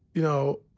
you know,